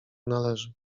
należy